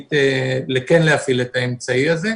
החליט כן להפעיל את האמצעי הזה.